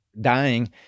dying